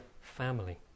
family